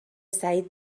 سعید